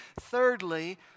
Thirdly